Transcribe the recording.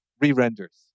re-renders